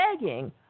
begging